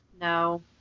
No